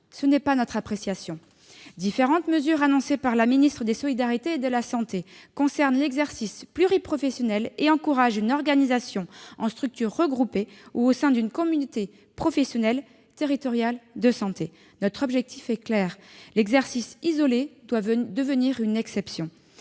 Ce n'est pas notre appréciation. Différentes mesures annoncées par la ministre des solidarités et de la santé concernent l'exercice pluriprofessionnel et encouragent une organisation en structure regroupée ou au sein d'une communauté professionnelle territoriale de santé. Notre objectif est clair : l'exercice isolé doit devenir une exception.